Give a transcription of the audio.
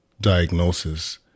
diagnosis